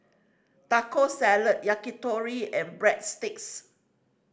Taco Salad Yakitori and Breadsticks